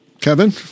Kevin